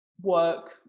work